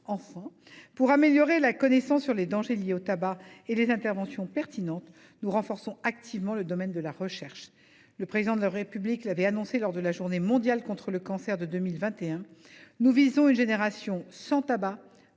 Enfin, pour améliorer la connaissance sur les dangers liés au tabac et les interventions pertinentes, nous renforçons activement le domaine de la recherche. Le Président de la République l’avait annoncé lors de la journée mondiale contre le cancer de 2021 : nous visons une génération sans tabac